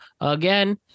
again